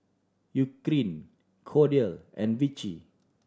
Eucerin Kordel and Vichy